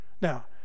now